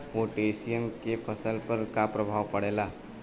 Potassium के फसल पर का प्रभाव पड़ेला?